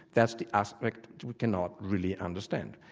that's the aspect we cannot really understand.